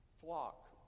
flock